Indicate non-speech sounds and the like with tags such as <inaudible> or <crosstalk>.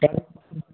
<unintelligible>